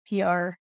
PR